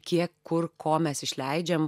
kiek kur ko mes išleidžiam